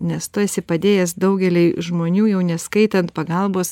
nes tu esi padėjęs daugeliui žmonių jau neskaitant pagalbos